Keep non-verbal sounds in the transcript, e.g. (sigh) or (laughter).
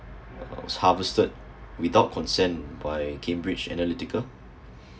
uh harvested without consent by cambridge analytical (breath)